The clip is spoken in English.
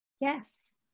Yes